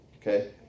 okay